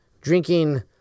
drinking